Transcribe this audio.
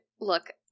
Look